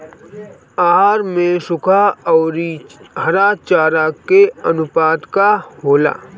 आहार में सुखा औरी हरा चारा के आनुपात का होला?